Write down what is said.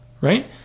right